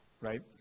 right